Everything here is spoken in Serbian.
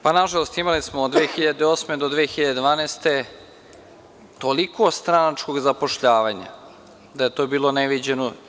Pa nažalost, imali smo od 2008. do 2012. godine toliko stranačkog zapošljavanja, da je to bilo neviđeno.